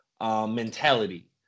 mentality